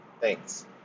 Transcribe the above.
Thanks